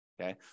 okay